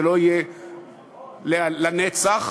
זה לא יהיה לנצח.